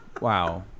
Wow